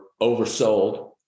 oversold